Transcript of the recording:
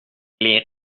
les